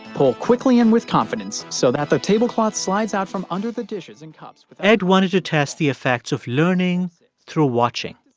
pull quickly and with confidence so that the tablecloth slides out from under the dishes and cups without. ed wanted to test the effects of learning through watching.